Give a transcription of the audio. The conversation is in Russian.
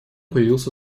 появился